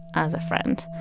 as a friend.